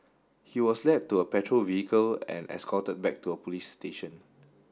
he was led to a patrol vehicle and escorted back to a police station